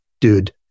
dude